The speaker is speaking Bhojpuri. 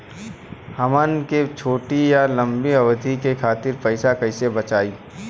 हमन के छोटी या लंबी अवधि के खातिर पैसा कैसे बचाइब?